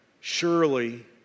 surely